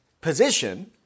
position